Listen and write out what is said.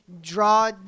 draw